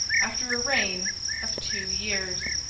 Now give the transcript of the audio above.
after a reign of two years.